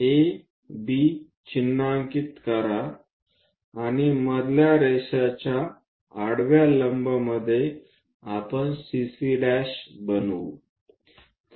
A B चिन्हांकित करा आणि मधल्या रेषेच्या आडव्या लंबमध्ये आपण CC' बनवू